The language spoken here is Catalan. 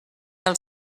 del